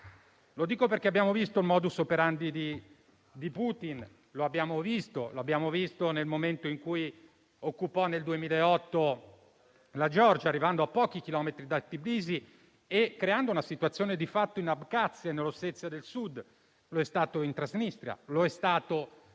Lo dico perché abbiamo visto il *modus operandi* di Putin. Lo abbiamo visto nel momento in cui occupò nel 2008 la Georgia, arrivando a pochi chilometri da Tbilisi e creando una situazione di fatto in Abkhazia e nell'Ossezia del Sud. Così è stato in Transnistria e in Crimea.